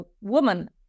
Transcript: woman